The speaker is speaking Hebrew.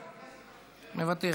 מוותר,